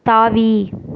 தாவி